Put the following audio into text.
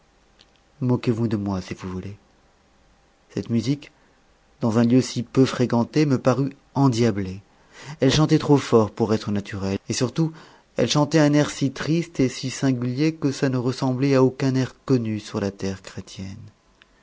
moquez-vous de moi si vous voulez cette musique dans un lieu si peu fréquenté me parut endiablée elle chantait trop fort pour être naturelle et surtout elle chantait un air si triste et si singulier que ça ne ressemblait à aucun air connu sur la terre chrétienne